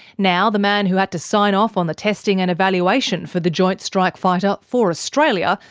now the man who had to sign off on the testing and evaluation for the joint strike fighter for australia,